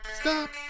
Stop